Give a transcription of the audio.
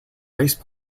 race